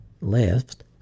left